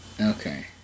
Okay